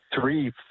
three